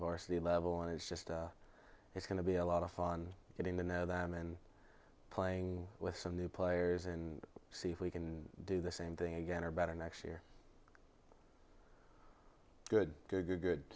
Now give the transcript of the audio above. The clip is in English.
varsity level and it's just it's going to be a lot of fun getting the know them and playing with some new players and see if we can do the same thing again or better next year good good good